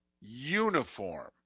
uniform